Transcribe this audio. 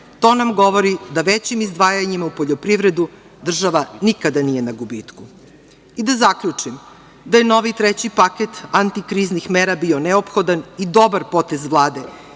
to nam govori da većim izdvajanjima u poljoprivredu država nikada nije na gubitku. Da zaključim da je novi treći paket antikriznih mera bio neophodan i dobar potez Vlade,